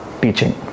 teaching